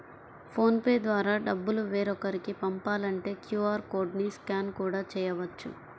phone pay ద్వారా డబ్బులు వేరొకరికి పంపాలంటే క్యూ.ఆర్ కోడ్ ని స్కాన్ కూడా చేయవచ్చు